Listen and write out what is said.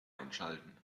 einschalten